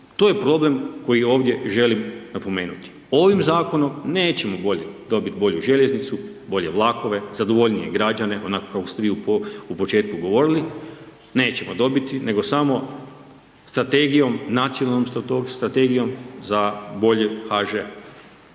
to je problem koji ovdje želim napomenuti, ovim zakonom nećemo dobiti bolju željeznicu, bolje vlakove, zadovoljnije građane, onako kako ste vi u početku govorili, nećemo dobiti, nego samo strategijom, nacionalnom strategijom za boljim HŽ-om.